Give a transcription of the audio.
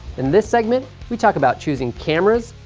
in this segment, we talk about choosing cameras,